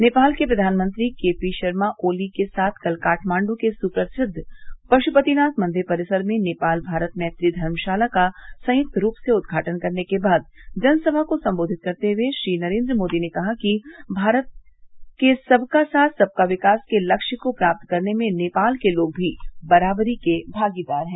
नेपाल के प्रघानमंत्री केपीशर्मा ओली के साथ कल काठमांडू के सूप्रसिद्ध पश्पतिनाथ मंदिर परिसर में नेपाल भारत मैत्री धर्मशाला का संयुक्त रूप से उदघाटन करने के बाद जनसभा को संबेधित करते हुए श्री नरेंद्र मोदी ने कहा कि भारत के सबका साथ सबका विकास के लक्ष्य को प्राप्त करने में नेपाल के लोग भी बराबरी के भागीदार हैं